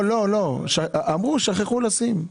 אמרו ששכחו לשים.